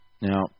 Now